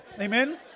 Amen